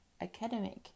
academic